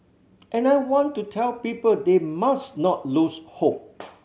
and I want to tell people they must not lose hope